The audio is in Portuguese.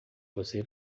você